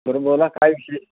बरं बोला काय विशेष